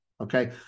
okay